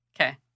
Okay